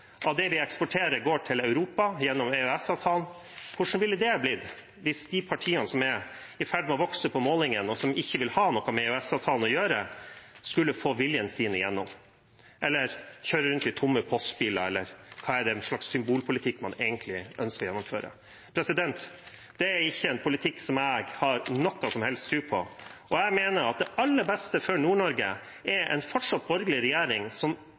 av det vi eksporterer, går til Europa gjennom EØS-avtalen – hvis de partiene som er i ferd med å vokse på målingene, og som ikke vil ha noe med EØS-avtalen å gjøre, skulle få viljen sin igjennom og kjøre rundt med tomme postbiler? Hva slags symbolpolitikk er det egentlig man ønsker å gjennomføre? Det er ikke en politikk jeg har noen som helst tro på. Jeg mener at det aller beste for Nord-Norge er en fortsatt borgerlig regjering som